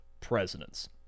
presidents